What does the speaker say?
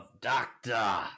doctor